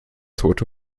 tote